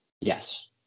Yes